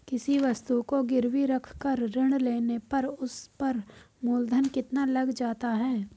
किसी वस्तु को गिरवी रख कर ऋण लेने पर उस पर मूलधन कितना लग जाता है?